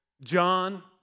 John